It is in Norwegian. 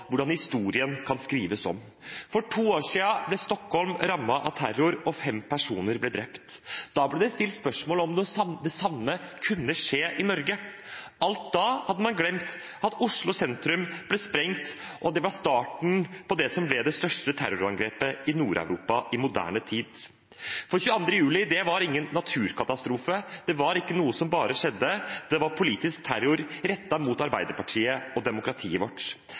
hvordan historien kan skrives om. For to år siden ble Stockholm rammet av terror. Fem personer ble drept. Da ble det stilt spørsmål om det samme kunne skje i Norge. Alt da hadde man glemt at Oslo sentrum ble sprengt, og at det var starten på det som ble det største terrorangrepet i Nord-Europa i moderne tid. For 22. juli var ingen naturkatastrofe, det var ikke noe som bare skjedde, det var politisk terror rettet mot Arbeiderpartiet og demokratiet vårt.